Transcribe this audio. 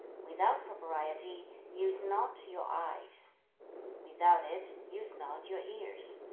without propriety use not your eyes without it use not your ears,